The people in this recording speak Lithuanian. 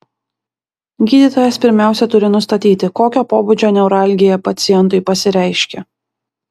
gydytojas pirmiausia turi nustatyti kokio pobūdžio neuralgija pacientui pasireiškia